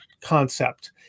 concept